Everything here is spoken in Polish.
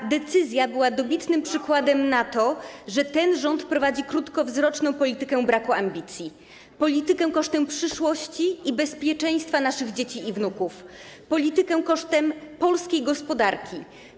Ta decyzja była dobitnym przykładem na to, że ten rząd prowadzi krótkowzroczną politykę braku ambicji, politykę kosztem przyszłości i bezpieczeństwa naszych dzieci i wnuków, politykę kosztem polskiej gospodarki.